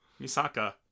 Misaka